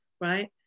right